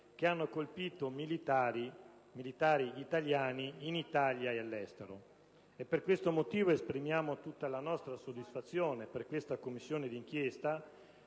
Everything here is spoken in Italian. che hanno colpito militari italiani, in Italia e all'estero. Per questo motivo, esprimiamo tutta la nostra soddisfazione per l'istituzione di una Commissione d'inchiesta